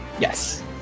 Yes